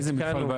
איזה מפעל,